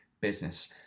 business